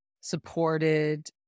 supported